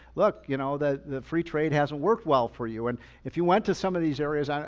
look, you know the the free trade hasn't worked well for you. and if you went to some of these areas, and